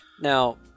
now